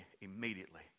immediately